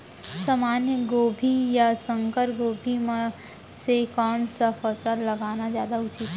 सामान्य गोभी या संकर गोभी म से कोन स फसल लगाना जादा उचित हे?